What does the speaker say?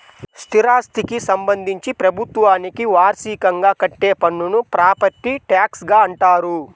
స్థిరాస్థికి సంబంధించి ప్రభుత్వానికి వార్షికంగా కట్టే పన్నును ప్రాపర్టీ ట్యాక్స్గా అంటారు